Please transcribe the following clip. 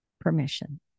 permission